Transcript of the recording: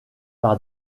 par